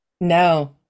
No